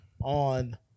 on